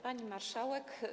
Pani Marszałek!